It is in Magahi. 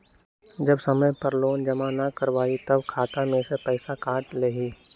जब समय पर लोन जमा न करवई तब खाता में से पईसा काट लेहई?